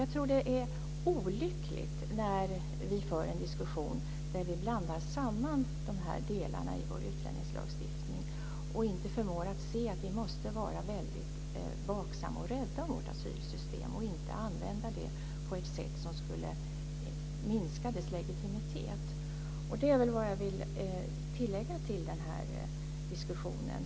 Jag tror att det är olyckligt när vi för en diskussion där vi blandar samman dessa delar i vår utlänningslagstiftning och inte förmår att se att vi måste vara väldigt vaksamma på och rädda om vårt asylsystem. Det får inte användas på ett sätt som skulle minska dess legitimitet. Det här är vad jag vill tillägga till diskussionen.